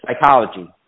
psychology